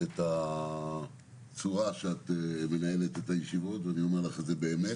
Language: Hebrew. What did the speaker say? את הצורה שאת מנהלת את הישיבות ואני אומר לך את זה באמת